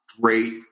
great